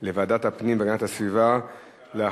את הצעת חוק טיפול סביבתי בציוד חשמלי ואלקטרוני ובסוללות,